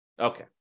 Okay